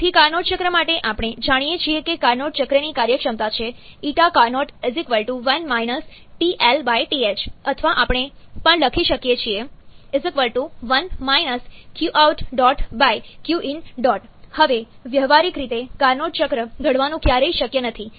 તેથી કાર્નોટ ચક્ર માટે આપણે જાણીએ છીએ કે કાર્નોટ ચક્રની કાર્યક્ષમતા છે ƞCarnot 1 TL TH અથવા આપણે પણ લખી શકીએ છીએ 1 Qout Qin હવે વ્યવહારીક રીતે કાર્નોટ ચક્ર ઘડવાનું ક્યારેય શક્ય નથી